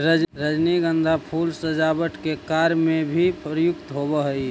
रजनीगंधा फूल सजावट के कार्य में भी प्रयुक्त होवऽ हइ